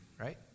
Right